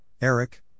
Eric